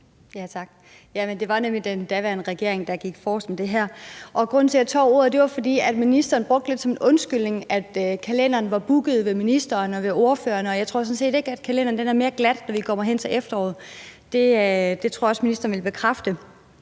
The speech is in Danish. Det var nemlig den daværende regering, der gik forrest med det her. Grunden til, at jeg tager ordet, er, at ministeren lidt brugte som undskyldning, at kalenderen var booket hos ministeren og ordførerne, men jeg tror sådan set ikke, at kalenderen er mere tom, når vi når hen til efteråret. Det tror jeg også ministeren vil bekræfte.